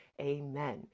Amen